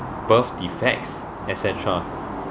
birth defects et cetera